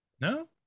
No